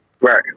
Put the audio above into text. Right